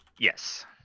Yes